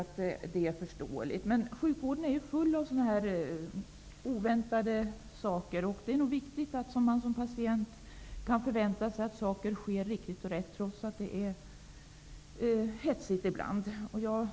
Men sjukvården är ju full av oväntade händelser, och det är viktigt att man som patient kan förvänta sig att det går rätt till, trots att det ibland är hetsigt.